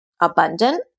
abundant